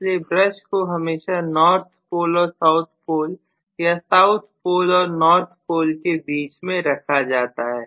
इसलिए ब्रश को हमेशा नॉर्थ पोल और साउथ पोल या साउथ पोल और नॉर्थ पोल के बीच में रखा जाता है